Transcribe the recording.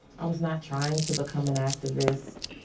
i was not trying to become an activist.